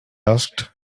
asked